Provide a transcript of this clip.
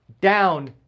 down